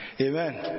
Amen